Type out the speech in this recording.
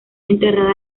enterrada